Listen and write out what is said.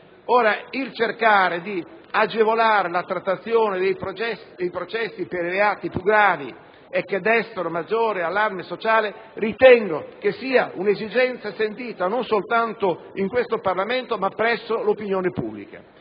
Cercare di agevolare la trattazione dei processi per i reati più gravi e che destano maggiore allarme sociale è un'esigenza sentita non soltanto in questo Parlamento, ma presso l'opinione pubblica.